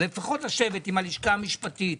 לפחות לשבת עם הלשכה המשפטית,